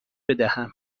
بدهم